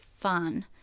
fun